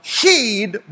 heed